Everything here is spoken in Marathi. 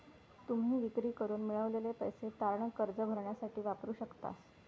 तुम्ही विक्री करून मिळवलेले पैसे तारण कर्ज भरण्यासाठी वापरू शकतास